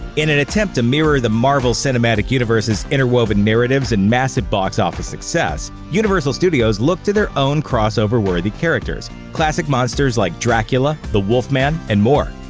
in an attempt to mirror the marvel cinematic universe's interwoven narratives and massive box office success, universal studios looked to their own crossover-worthy characters, classic monsters like dracula, the wolfman, and more.